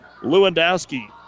Lewandowski